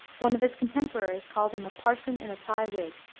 one of his contemporaries called him a parson in a tie wig,